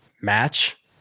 match